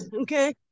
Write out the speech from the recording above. Okay